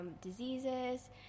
diseases